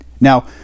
Now